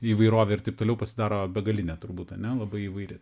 įvairovė ir taip toliau pasidaro begalinė turbūt ane labai įvairi